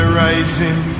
rising